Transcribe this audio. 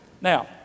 Now